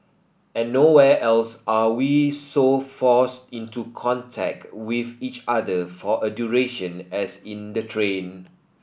and nowhere else are we so forced into contact with each other for a duration as in the train